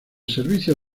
servicio